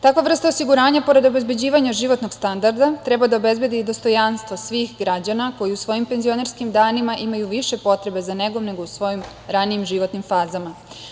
Takva vrsta osiguranja, pored obezbeđivanja životnog standarda, treba da obezbedi dostojanstvo svih građana koji u svojim penzionerskim danima imaju više potrebe za negom, nego u svojim radnijim životnim fazama.